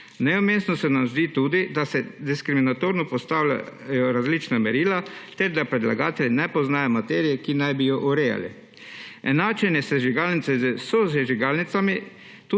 Neumestno se nam zdi tudi, da se diskriminatorno postavljajo različna merila ter da predlagatelji ne poznajo materije, ki naj bi jo urejali. Enačenje sežigalnice